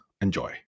Enjoy